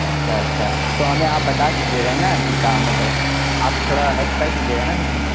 اچھا اچھا تو ہمیں آپ بتا دیجیے گا نا کہ کہاں مطلب آپ تھوڑا ہیلپ کر دیجیے گا نا ہمیں